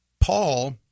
Paul